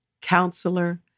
Counselor